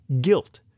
Guilt